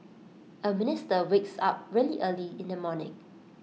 A minister wakes up really early in the morning